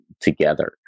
together